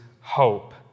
hope